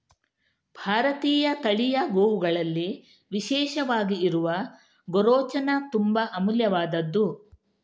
ಭಾರತೀಯ ತಳಿಯ ಗೋವುಗಳಲ್ಲಿ ವಿಶೇಷವಾಗಿ ಇರುವ ಗೋರೋಚನ ತುಂಬಾ ಅಮೂಲ್ಯವಾದ್ದು